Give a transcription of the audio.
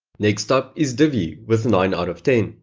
next up is divi with nine sort of ten.